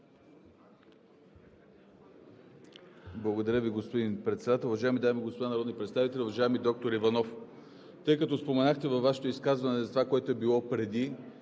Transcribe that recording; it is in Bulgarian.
Благодаря Ви, господин Председател. Уважаеми дами и господа народни представители! Уважаеми доктор Иванов, тъй като споменахте във Вашето изказване за това, което е било преди,